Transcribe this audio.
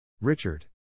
Richard